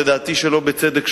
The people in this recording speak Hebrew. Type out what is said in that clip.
לדעתי שלא בצדק,